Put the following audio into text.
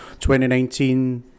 2019